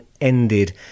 ended